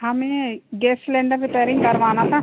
हमें gas cylinder repairing करवाना था